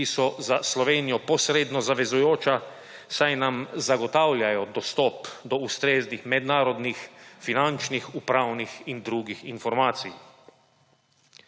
ki so za Slovenijo posredno zavezujoča, saj nam zagotavljajo dostop do ustreznih mednarodnih finančnih, upravnih in drugih informacij.